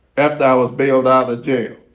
after i was bailed outta jail,